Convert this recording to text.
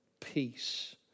peace